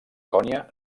konya